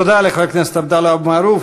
תודה לחבר הכנסת עבדאללה אבו מערוף.